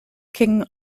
king